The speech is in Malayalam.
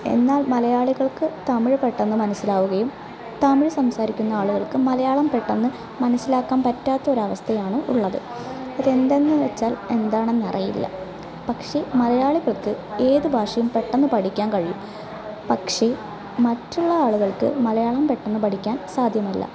എന്നാൽ മലയാളികൾക്ക് തമിഴ് പെട്ടെന്ന് മനസ്സിലാവുകയും തമിഴ് സംസാരിക്കുന്ന ആളുകൾക്ക് മലയാളം പെട്ടെന്ന് മനസ്സിലാക്കാൻ പറ്റാത്ത ഒരവസ്ഥയാണ് ഉള്ളത് അതെന്തെന്ന് വെച്ചാൽ എന്തൊണെന്നറിയില്ല പക്ഷേ മലയാളികൾക്ക് ഏത് ഭാഷയും പെട്ടന്ന് പഠിക്കാൻ കഴിയും പക്ഷേ മറ്റുള്ള ആളുകൾക്ക് മലയാളം പെട്ടെന്ന് പഠിക്കാൻ സാധ്യമല്ല